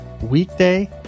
Weekday